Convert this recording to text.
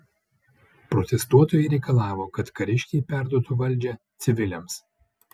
protestuotojai reikalavo kad kariškiai perduotų valdžią civiliams